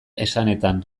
esanetan